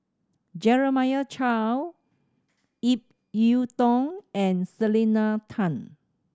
Jeremiah Choy Ip Yiu Tung and Selena Tan